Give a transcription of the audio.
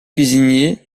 cuisinier